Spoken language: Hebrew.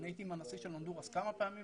אני הייתי עם הנשיא של הונדורס כמה פעמים,